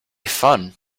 fun